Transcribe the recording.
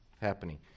happening